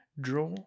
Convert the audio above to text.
draw